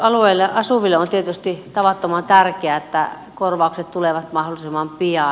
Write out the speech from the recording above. alueella asuville on tietysti tavattoman tärkeää että korvaukset tulevat mahdollisimman pian